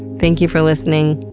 thank you for listening.